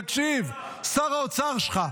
תקשיב, שר האוצר שלך.